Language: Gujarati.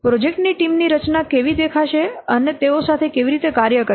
પ્રોજેક્ટની ટીમ ની રચના કેવી દેખાશે અને તેઓ સાથે કેવી રીતે કાર્ય કરશે